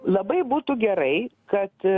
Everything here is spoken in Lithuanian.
labai būtų gerai kad